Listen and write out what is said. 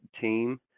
team